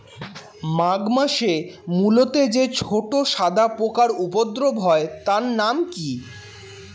মাঘ মাসে মূলোতে যে ছোট সাদা পোকার উপদ্রব হয় তার নাম কি?